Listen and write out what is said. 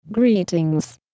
Greetings